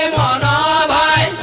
da da